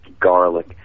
garlic